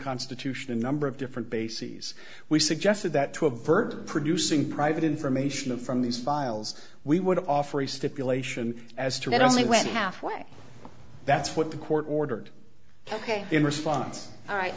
constitution a number of different bases we suggested that to avert producing private information from these files we would offer a stipulation as to that only went halfway that's what the court ordered ok in response all right